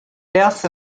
death